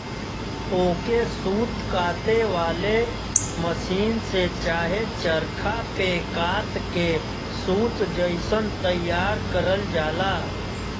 ओके सूत काते वाले मसीन से चाहे चरखा पे कात के सूत जइसन तइयार करल जाला